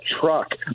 truck